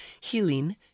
healing